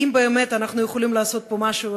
אם באמת אנחנו יכולים לעשות פה משהו,